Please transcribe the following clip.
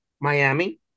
Miami